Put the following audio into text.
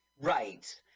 Right